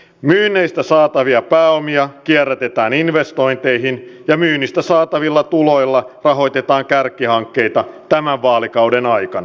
myynneistä saatavia pääomia kierrätetään investointeihin ja myynnistä saatavilla tuloilla rahoitetaan kärkihankkeita tämän vaalikauden aikana